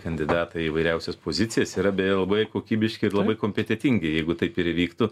kandidatai į įvairiausias pozicijas yra beje labai kokybiški ir labai kompetentingi jeigu taip ir įvyktų